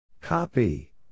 Copy